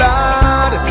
Lord